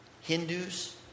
Hindus